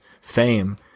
fame